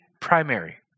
primary